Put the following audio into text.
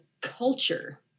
culture